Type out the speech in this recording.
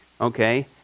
Okay